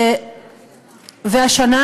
והשנה,